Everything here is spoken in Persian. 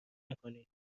نکنید